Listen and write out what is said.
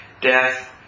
death